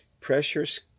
Pressures